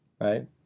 right